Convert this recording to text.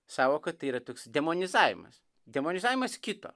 sąvoka tai yra toks demonizavimas demonizavimas kito